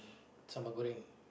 sambal goreng